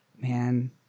man